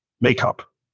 makeup